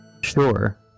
Sure